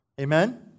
Amen